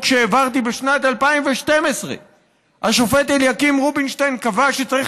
שהעברתי בשנת 2012. השופט אליקים רובינשטיין קבע שצריך